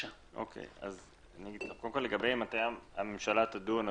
לגבי מתי הממשלה תדון,